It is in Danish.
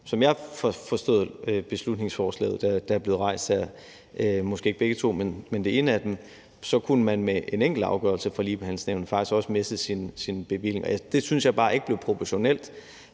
Som jeg har forstået beslutningsforslaget, der er blevet fremsat her, måske ikke begge to, men det ene af dem, så kunne man med en enkelt afgørelse fra Ligebehandlingsnævnet faktisk også miste sin bevilling, og det synes jeg bare ikke blev proportionelt.